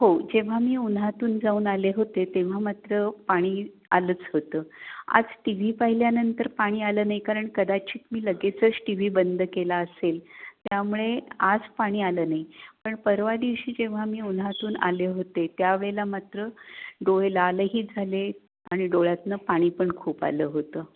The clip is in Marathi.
हो जेव्हा मी उन्हातून जाऊन आले होते तेव्हा मात्र पाणी आलंच होतं आज टी व्ही पाहिल्यानंतर पाणी आलं नाही कारण कदाचित मी लगेचच टी व्ही बंद केला असेल त्यामुळे आज पाणी आलं नाही पण परवादिवशी जेव्हा मी उन्हातून आले होते त्यावेळेला मात्र डोळे लालही झाले आणि डोळ्यातून पाणी पण खूप आलं होतं